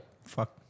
Fuck